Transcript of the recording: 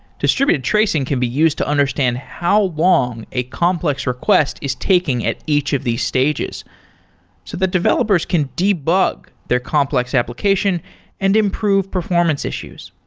distributed tracing can be used to understand how long a complex request is taking at each of these stages so the developers can debug their complex application and improve performance issues.